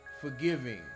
forgiving